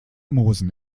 moosen